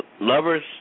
Lovers